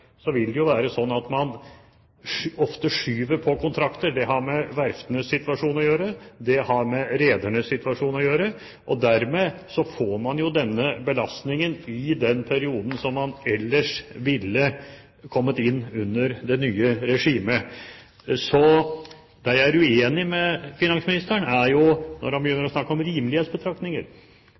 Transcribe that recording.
med redernes situasjon å gjøre. Dermed får man denne belastningen i den perioden da man ellers ville kommet inn under det nye regimet. Der jeg er uenig med finansministeren, er når han begynner å snakke om rimelighetsbetraktninger,